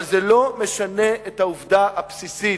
אבל זה לא משנה את העובדה הבסיסית,